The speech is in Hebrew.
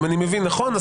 אם אני מבין נכון,